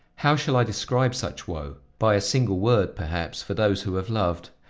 how shall i describe such woe? by a single word, perhaps, for those who have loved.